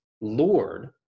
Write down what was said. Lord